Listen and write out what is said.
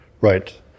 right